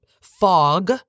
fog